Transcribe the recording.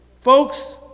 folks